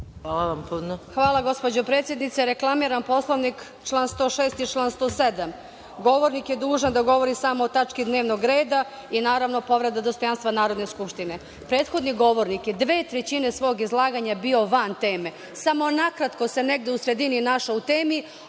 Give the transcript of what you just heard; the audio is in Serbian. **Gorica Gajić** Hvala gospođo predsednice, reklamiram Poslovnik član 106. i član 107. Govornik je dužan da govori samo o tački dnevnog reda i naravno povreda dostojanstva Narodne skupštine. Prethodni govornik je dve trećine svog izlaganja bio van teme, samo nakratko sam negde u sredini našao u temi,